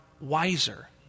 wiser